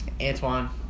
Antoine